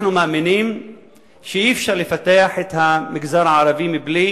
אנחנו מאמינים שאי-אפשר לפתח את המגזר הערבי מבלי